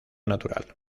natural